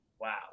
wow